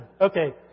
Okay